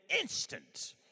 instant